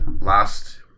last